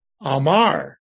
Amar